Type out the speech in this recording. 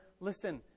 listen